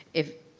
if